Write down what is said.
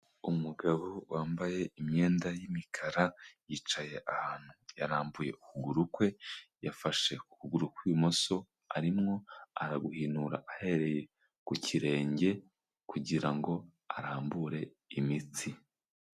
Umugabo wambaye imyenda y'imikara yicaye ahantu yarambuye ukuguru kwe, yafashe ukuguru kw'ibumoso arimo araguhinura ahereye ku kirenge kugira ngo arambure imitsi.